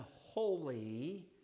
holy